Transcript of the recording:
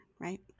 Right